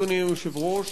אדוני היושב-ראש,